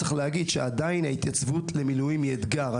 צריך להגיד שעדיין ההתייצבות למילואים היא אתגר.